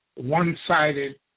one-sided